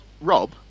Rob